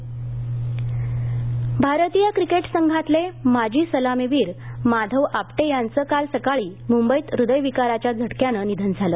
माधव आपटे भारतीय क्रिकेट संघातले माजी सलामीवीर माधव आपटे यांचं काल सकाळी मुंबईत हृदय विकाराच्या झटक्यानं निधन झालं